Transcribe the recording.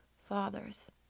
fathers